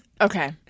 Okay